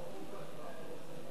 4 נתקבלו.